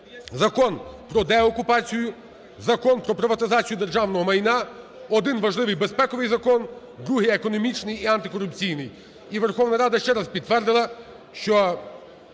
Закон про деокупацію, Закон про приватизацію державного майна, один – важливий безпековий закон, другий – економічний і антикорупційний. І Верховна Рада ще раз підтвердила, що